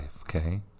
okay